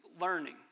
learning